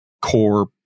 core